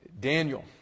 Daniel